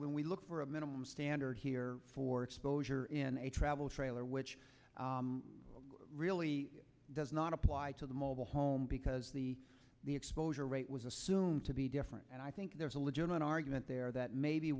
when we look for a minimum standard here for exposure in a travel trailer which really does not apply to the mobile home because the the exposure rate was assumed to be different and i think there's a legitimate argument there that maybe